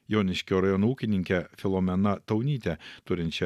joniškio rajono ūkininke filomena taunyte turinčia